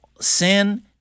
sin